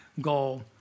goal